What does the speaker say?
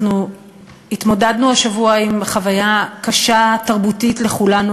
התמודדנו השבוע עם חוויה קשה תרבותית לכולנו,